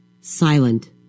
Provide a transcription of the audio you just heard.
Silent